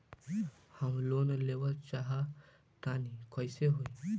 हम लोन लेवल चाह तानि कइसे होई?